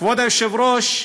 כבוד היושב-ראש,